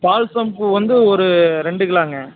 balsam பூ வந்து ஒரு ரெண்டு கிலோங்க